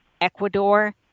Ecuador